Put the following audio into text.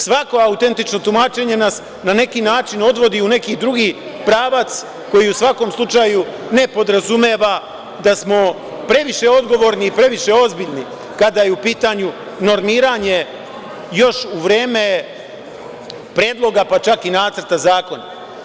Svako autentično tumačenje na neki način nas odvodi u neki drugi pravac, koji u svakom slučaju ne podrazumeva da smo previše odgovorni i previše ozbiljni kada je u pitanju normiranje, još u vreme predloga pa čak i nacrta zakona.